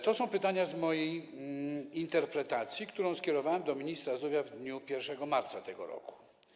To są pytania z mojej interpelacji, którą skierowałem do ministra zdrowia w dniu 1 marca tego roku.